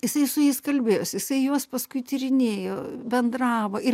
jisai su jais kalbėjosi jisai juos paskui tyrinėjo bendravo ir